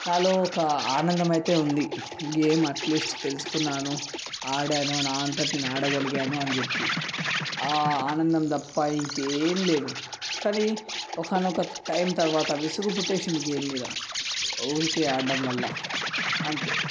నాలో ఒక ఆనందం అయితే ఉంది గేమ్ ఎట్లీస్ట్ తెలుసుకున్నాను ఆడాను నా అంతట నేను అడగలిగాను అని చెప్పి ఆ ఆనందం తప్పా ఇంకేం లేదు కానీ ఒకానొక టైం తరువాత విసుగు పుట్టేసింది గేమ్ మీద ఊరికే ఆడటం వల్ల అంతే